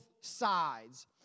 sides